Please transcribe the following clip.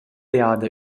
jada